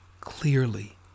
clearly